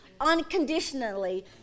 unconditionally